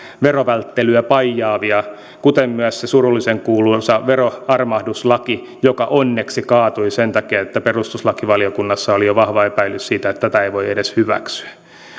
verovälttelyä paijaavia kuten myös se surullisen kuuluisa veroarmahduslaki joka onneksi kaatui sen takia että perustuslakivaliokunnassa oli jo vahva epäily siitä että tätä ei voi edes hyväksyä